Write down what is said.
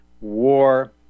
war